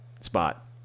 spot